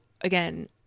again